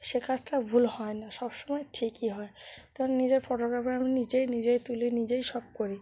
সে কাজটা ভুল হয় না সবসময় ঠিকই হয় তো আমি নিজেই ফটোগ্রাফার আমি নিজেই নিজেই তুলি নিজেই সব করি